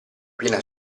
piena